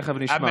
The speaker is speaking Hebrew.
תכף נשמע.